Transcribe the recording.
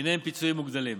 ייהנה מפיצויים מוגדלים.